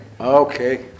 Okay